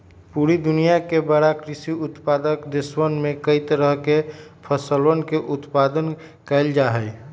पूरा दुनिया के बड़ा कृषि उत्पादक देशवन में कई तरह के फसलवन के उत्पादन कइल जाहई